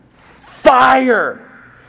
Fire